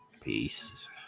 Peace